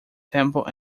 temple